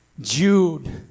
Jude